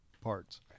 parts